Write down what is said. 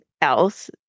else